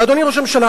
ואדוני ראש הממשלה,